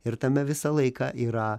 ir tame visą laiką yra